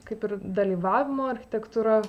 kaip ir dalyvavimo architektūra